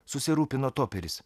susirūpino toperis